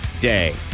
day